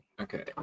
Okay